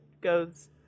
goes